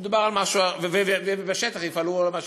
ובשטח יפעלו.